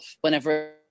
whenever